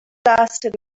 lasted